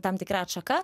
tam tikra atšaka